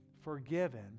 forgiven